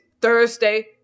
Thursday